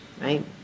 right